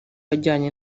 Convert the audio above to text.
ajyanye